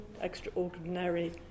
extraordinary